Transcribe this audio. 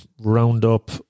roundup